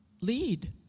lead